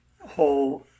whole